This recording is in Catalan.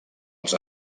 els